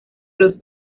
los